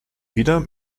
wieder